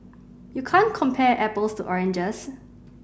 you can't compare apples to oranges